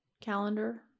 calendar